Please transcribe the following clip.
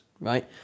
right